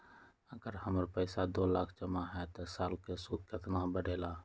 अगर हमर पैसा दो लाख जमा है त साल के सूद केतना बढेला?